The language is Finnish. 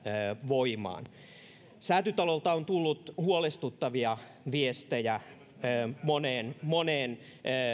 voimaan säätytalolta on tullut huolestuttavia viestejä moneen moneen